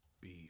Beef